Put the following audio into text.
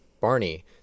Barney